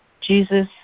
Jesus